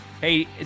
Hey